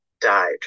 died